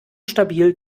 stabil